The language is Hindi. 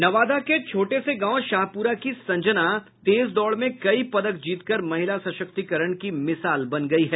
नवादा के छोटे से गांव शाहपूरा की संजना तेज दौड़ में कई पदक जीतकर महिला सशक्तिकरण की मिसाल बन गयी हैं